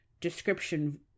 description